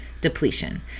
depletion